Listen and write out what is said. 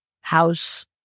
house